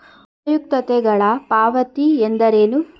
ಉಪಯುಕ್ತತೆಗಳ ಪಾವತಿ ಎಂದರೇನು?